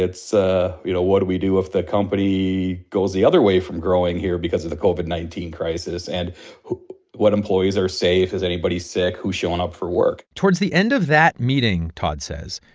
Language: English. ah you know what do we do if the company goes the other way from growing here because of the covid nineteen crisis? and what employees are safe? is anybody sick? who's showing up for work? towards the end of that meeting, todd says,